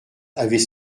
avait